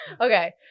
Okay